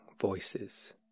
Voices